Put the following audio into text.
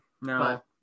No